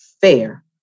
fair